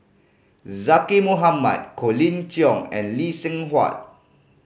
Zaqy Mohamad Colin Cheong and Lee Seng Huat